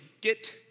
get